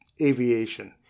aviation